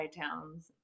towns